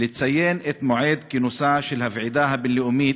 לציין את מועד כינוסה של הוועידה הבין-לאומית